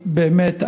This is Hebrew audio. באמת,